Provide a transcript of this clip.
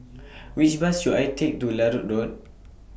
Which Bus should I Take to Larut Road